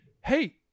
Hey